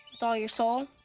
with all your soul,